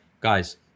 guys